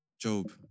Job